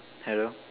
hello